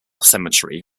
cemetery